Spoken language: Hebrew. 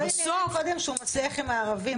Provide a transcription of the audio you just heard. בואי נראה קודם שהוא מצליח עם הערבים.